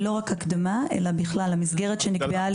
לא רק הקדמה אלא לפתוח את המסגרת שנקבעה